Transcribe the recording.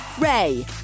Ray